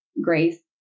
grace